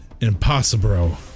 Impossible